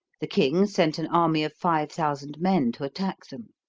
the king sent an army of five thousand men to attack them.